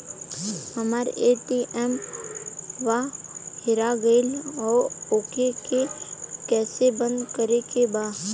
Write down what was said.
हमरा ए.टी.एम वा हेरा गइल ओ के के कैसे बंद करे के बा?